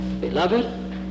beloved